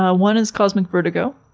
ah one is cosmic vertigo,